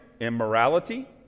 immorality